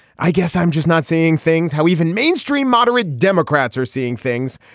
i guess i'm just not seeing things how even mainstream moderate democrats are seeing things.